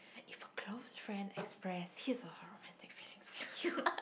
if a close friend express his or her romantic feelings for you